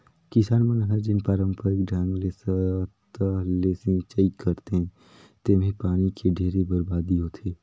किसान मन हर जेन पांरपरिक ढंग ले सतह ले सिचई करथे तेम्हे पानी के ढेरे बरबादी होथे